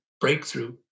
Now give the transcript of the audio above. breakthrough